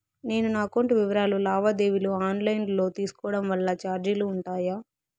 నేను నా అకౌంట్ వివరాలు లావాదేవీలు ఆన్ లైను లో తీసుకోవడం వల్ల చార్జీలు ఉంటాయా?